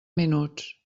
minuts